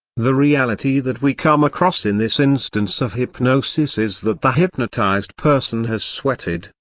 the reality that we come across in this instance of hypnosis is that the hypnotized person has sweated,